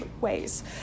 ways